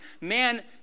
man